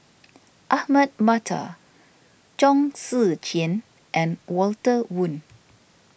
Ahmad Mattar Chong Tze Chien and Walter Woon